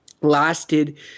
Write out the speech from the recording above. Lasted